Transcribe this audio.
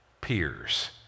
peers